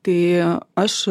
tai aš